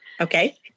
okay